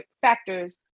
factors